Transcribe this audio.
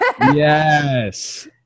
Yes